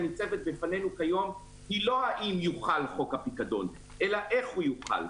הניצבת בפנינו כיום היא לא האם יוחל חוק הפיקדון אלא איך הוא יוחל.